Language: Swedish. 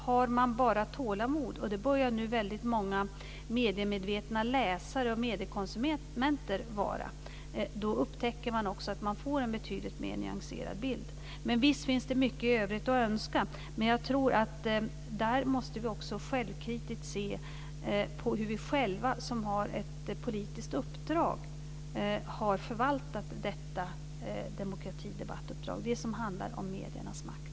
Har man bara tålamod, upptäcker man att man får en betydligt mer nyanserad bild. Det börjar nu många mediemedvetna läsare och mediekonsumenter ha. Men visst finns det mycket övrigt att önska. Där måste vi självkritiskt se hur vi själva har förvaltat vårt demokratidebattuppdrag, det som handlar om mediernas makt.